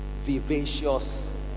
vivacious